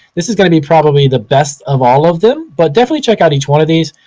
this is gonna be probably the best of all of them, but definitely check out each one of these.